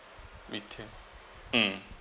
retail mm